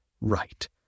right